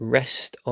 rest